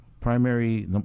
Primary